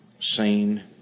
seen